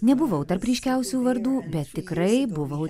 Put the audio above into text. nebuvau tarp ryškiausių vardų bet tikrai buvau